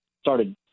started